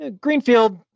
Greenfield